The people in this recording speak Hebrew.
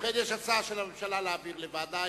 ובכן, יש הצעה של הממשלה להעביר לוועדה.